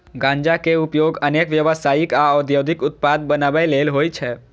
गांजा के उपयोग अनेक व्यावसायिक आ औद्योगिक उत्पाद बनबै लेल होइ छै